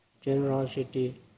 generosity